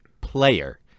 player